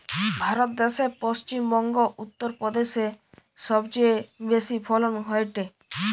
ভারত দ্যাশে পশ্চিম বংগো, উত্তর প্রদেশে সবচেয়ে বেশি ফলন হয়টে